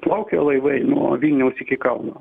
plaukė laivai nuo vilniaus iki kauno